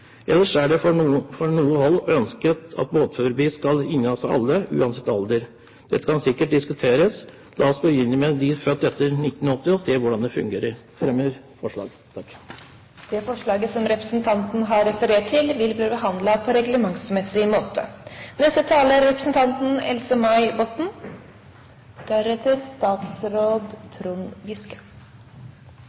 Ellers er det fra noen hold ønsket at båtførerbevis skal innehas av alle, uansett alder. Dette kan sikkert diskuteres. La oss begynne med dem som er født etter 1980, og se hvordan det fungerer. Jeg legger med dette fram forslaget fra Fremskrittspartiet og Kristelig Folkeparti. Representanten Per Roar Bredvold har tatt opp det forslaget han refererte til. Dagens lovforslag er